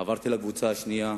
עברתי לקבוצה השנייה,